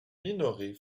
minorez